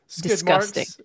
Disgusting